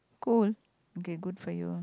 goal okay good for you